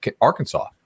Arkansas